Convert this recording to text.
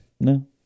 No